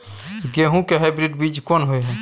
गेहूं के हाइब्रिड बीज कोन होय है?